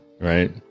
right